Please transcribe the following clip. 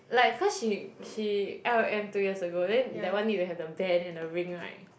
like cause she she r_o_m two years ago then that one need to have the band and the ring like